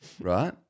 right